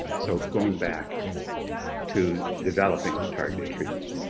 so going back to developing the targeted treatments.